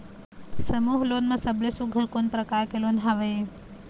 समूह लोन मा सबले सुघ्घर कोन प्रकार के लोन हवेए?